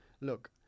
look